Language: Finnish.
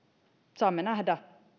saamme nähdä